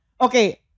Okay